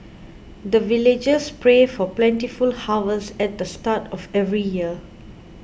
the villagers pray for plentiful harvest at the start of every year